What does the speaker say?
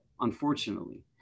unfortunately